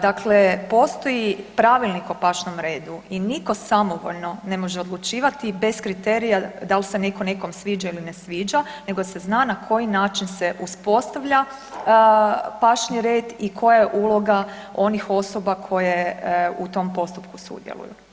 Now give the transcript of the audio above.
Dakle, postoji pravilnik o pašnom redu i nitko samovoljno ne može odlučivati bez kriterija da li se netko nekom sviđa ili ne sviđa nego se zna na koji način se uspostavlja pašni red i koja je uloga onih osoba koje u tom postupku sudjeluju.